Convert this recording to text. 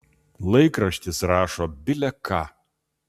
laikraštis rašo bile ką